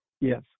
Yes